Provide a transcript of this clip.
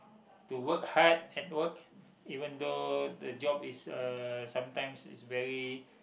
to work hard at work even though the job is uh sometimes is very